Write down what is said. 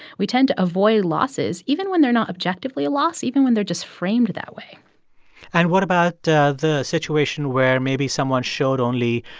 we tend to avoid losses even when they're not objectively a loss, even when they're just framed that way and what about the the situation where maybe someone showed only,